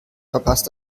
verpasst